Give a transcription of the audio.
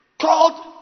called